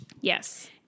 Yes